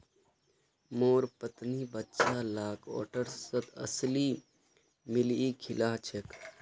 मोर पत्नी बच्चा लाक ओट्सत अलसी मिलइ खिला छेक